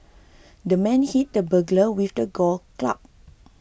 the man hit the burglar with a golf club